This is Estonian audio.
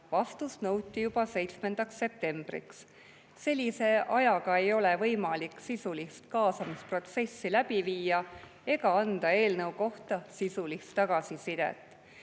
vastust nõuti juba 7. septembriks. Sellise ajaga ei ole võimalik sisulist kaasamisprotsessi läbi viia ega anda eelnõu kohta sisulist tagasisidet.